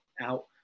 out